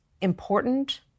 important